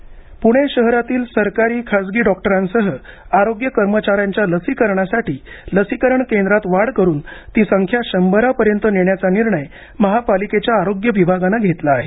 लसीकरण वाढ पुणे शहरातील सरकारी खासगी डॉक्टरांसह आरोग्य कर्मचाऱ्यांच्या लसीकरणासाठी लसीकरण केंद्रात वाढ करून ती संख्या शंभरापर्यंत नेण्याचा निर्णय महापालिकेच्याआरोग्य विभागाने घेतला आहे